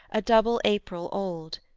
a double april old,